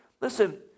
listen